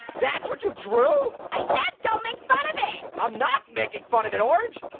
that's what you drew? i said don't make fun of it. i'm not making fun of it, orange.